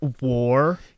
war